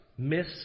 Miss